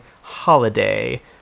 Holiday